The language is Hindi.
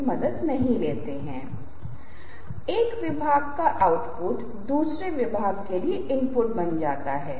तो आप देखते हैं कि हम 100 से अधिक लोगों या 200 से अधिक लोगों के साथ संपर्क स्थापित कर रहे हैं